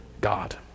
God